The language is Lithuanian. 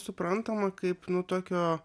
suprantama kaip nu tokio